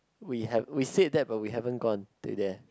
we have we said that but we haven't gone to there